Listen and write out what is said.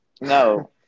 No